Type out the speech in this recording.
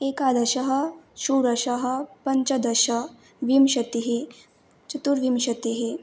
एकादश षोडश पञ्चदश विंशतिः चतुर्विंशतिः